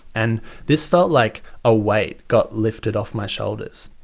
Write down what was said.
and this felt like a weight got lifted off my shoulders.